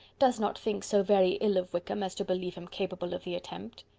does not think so very ill of wickham as to believe him capable of the attempt.